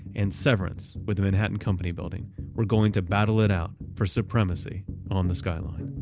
and severance with the manhattan company building were going to battle it out for supremacy on the skyline.